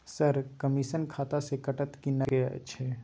Sir, commission खाता से कटत कि नगद देबै के अएछ?